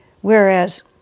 Whereas